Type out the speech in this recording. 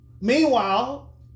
meanwhile